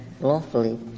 lawfully